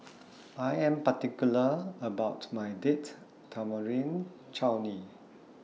I Am particular about My Date Tamarind Chutney